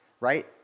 Right